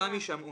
סמי שמעון.